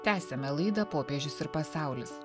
tęsiame laidą popiežius ir pasaulis